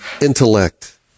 intellect